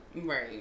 Right